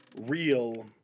real